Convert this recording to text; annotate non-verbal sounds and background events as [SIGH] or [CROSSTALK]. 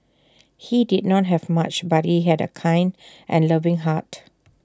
he did not have much but he had A kind [NOISE] and loving heart